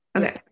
Okay